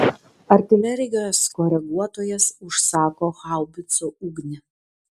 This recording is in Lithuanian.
artilerijos koreguotojas užsako haubicų ugnį